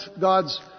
God's